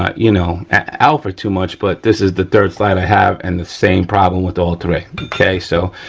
ah you know, alpha too much but this is the third slide i have and the same problem with all three, okay. so,